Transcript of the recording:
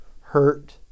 Hurt